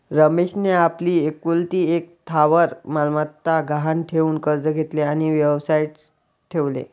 रमेशने आपली एकुलती एक स्थावर मालमत्ता गहाण ठेवून कर्ज घेतले आणि व्यवसायात ठेवले